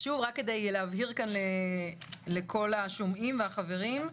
רק כדי להבהיר כאן לכל השומעים והחברים,